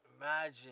Imagine